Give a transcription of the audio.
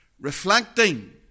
Reflecting